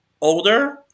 older